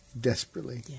desperately